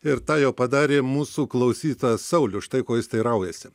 ir tą jau padarė mūsų klausytojas saulius štai ko jis teiraujasi